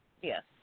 Yes